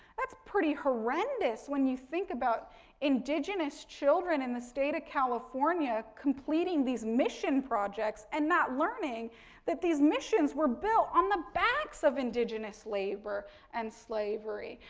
that's pretty horrendous when you think about indigenous children in the state of california completing these mission projects and not learning that these missions were built on the backs of indigenous labor and slavery.